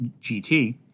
GT